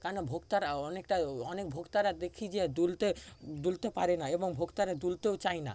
কেন ভোক্তারা অনেকটা অনেক ভোক্তারা দেখি যে দুলতে দুলতে পারে না এবং ভোক্তারা দুলতেও চায় না